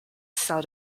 cell